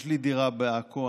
יש לי דירה בעכו.